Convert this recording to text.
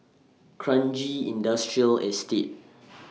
Kranji Industrial Estate